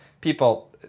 people